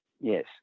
Yes